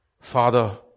Father